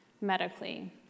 medically